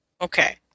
Okay